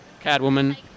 Catwoman